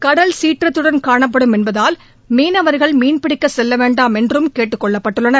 கடல் சீற்றத்துடன் காணப்படும் என்பதால் மீனவர்கள் மீன்பிடிக்கச் செல்ல வேண்டாம் என்றும் கேட்டுக் கொள்ளப்பட்டுள்ளனர்